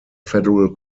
federal